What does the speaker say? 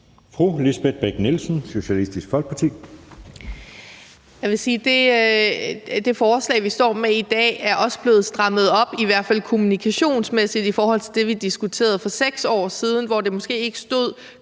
Lisbeth Bech-Nielsen (SF): Jeg vil sige, at det forslag, vi står med i dag, er også blevet strammet op, i hvert fald kommunikationsmæssigt, i forhold til det, vi diskuterede for 6 år siden, hvor det måske ikke stod